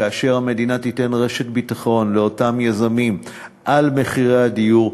כאשר המדינה תיתן לאותם יזמים רשת ביטחון על מחירי הדיור,